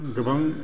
गोबां